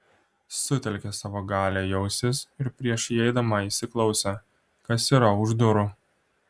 sutelkė savo galią į ausis ir prieš įeidama įsiklausė kas yra už durų